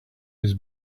his